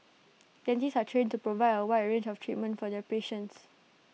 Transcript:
dentists are trained to provide A wide range of treatment for their patients